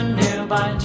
nearby